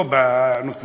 לאמת).